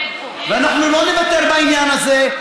אנחנו לא נוותר בעניין הזה,